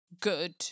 good